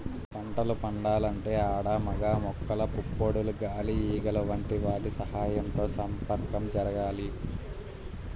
పంటలు పండాలంటే ఆడ మగ మొక్కల పుప్పొడులు గాలి ఈగలు వంటి వాటి సహాయంతో సంపర్కం జరగాలి